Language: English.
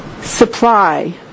supply